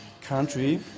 country